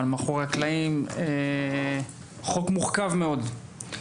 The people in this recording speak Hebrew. אבל מאחורי הקלעים זהו חוק מורכב מאוד.